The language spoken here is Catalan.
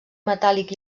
metàl·lic